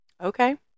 okay